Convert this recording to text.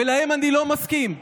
ואני לא מסכים איתם.